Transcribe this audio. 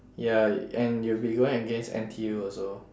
ya and you'll be going against N_T_U also